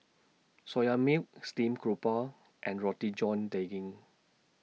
Soya Milk Steamed Garoupa and Roti John Daging